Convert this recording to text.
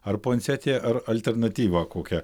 ar puansetija ar alternatyvą kokia